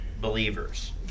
believers